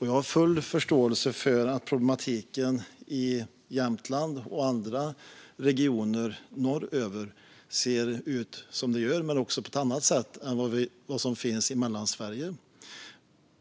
Jag har full förståelse för att problematiken i Jämtland och andra regioner norröver ser ut som den gör men också ser ut på ett annat sätt än i Mellansverige.